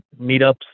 meetups